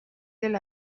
del